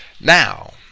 Now